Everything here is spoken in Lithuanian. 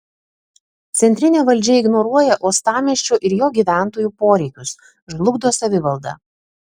centrinė valdžia ignoruoja uostamiesčio ir jo gyventojų poreikius žlugdo savivaldą